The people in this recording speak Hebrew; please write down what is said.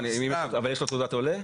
אבל יש לו תעודת עולה?